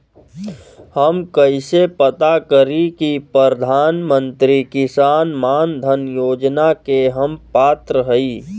हम कइसे पता करी कि प्रधान मंत्री किसान मानधन योजना के हम पात्र हई?